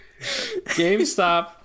GameStop